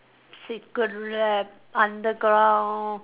secret lab underground